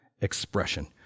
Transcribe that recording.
expression